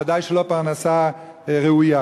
ודאי שלא פרנסה ראויה.